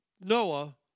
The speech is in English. Noah